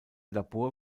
labor